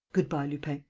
good-bye, lupin.